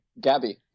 Gabby